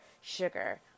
sugar